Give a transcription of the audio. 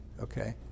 Okay